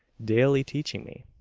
daily teaching me.